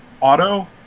auto